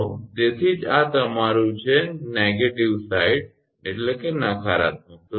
તો તેથી જ આ તમારું છે તે નકારાત્મક બાજુ છે